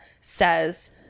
says –